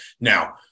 now